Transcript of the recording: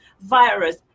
virus